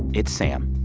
it's sam.